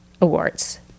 awards